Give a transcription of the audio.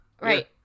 Right